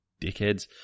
dickheads